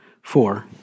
four